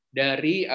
dari